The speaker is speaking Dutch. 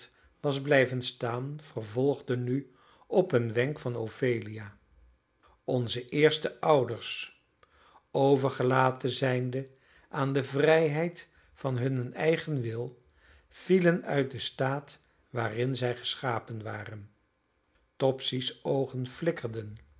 was blijven staan vervolgde nu op een wenk van ophelia onze eerste ouders overgelaten zijnde aan de vrijheid van hunnen eigen wil vielen uit den staat waarin zij geschapen waren topsy's oogen flikkerden